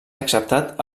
acceptat